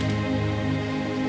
and